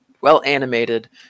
well-animated